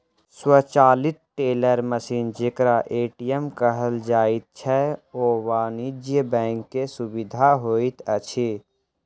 स्वचालित teller machine जेकरा ATM कहल जाइत छै, ओ वाणिज्य बैंक के सुविधा होइत अछि